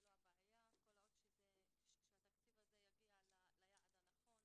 לא הבעיה כל עוד שהתקציב הזה יגיע ליעד הנכון,